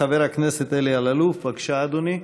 חבר הכנסת אלי אלאלוף, בבקשה, אדוני.